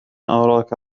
أراك